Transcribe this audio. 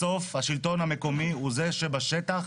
בסוף השלטון המקומי הוא זה שבשטח,